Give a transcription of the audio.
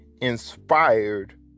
inspired